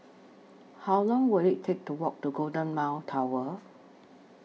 How Long Will IT Take to Walk to Golden Mile Tower